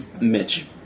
Mitch